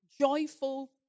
joyful